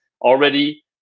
already